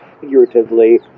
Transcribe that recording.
figuratively